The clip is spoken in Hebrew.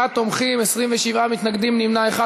47 תומכים, 27 מתנגדים, נמנע אחד.